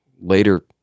Later